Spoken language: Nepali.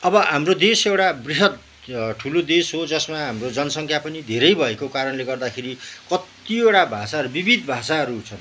अब हाम्रो देश एउटा बृहत ठुलो देश हो जसमा हाम्रो जनसङ्ख्या पनि धेरै भएको कारणले गर्दाखेरि कत्तिवटा भाषाहरू विविध भाषाहरू छन्